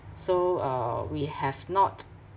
so uh we have not